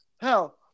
hell